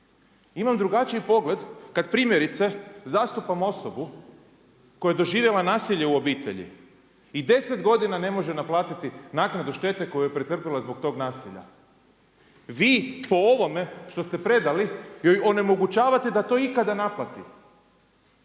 Imam drugačiji pogled kad primjerice, zastupam osobu koja je doživjela nasilje u obitelji, i 10 godina ne može naplatiti naknadu štete koju je pretrpila zbog tog nasilja. Vi po ovome što ste predali, joj onemogućavate da to ikada naplati,